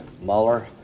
Mueller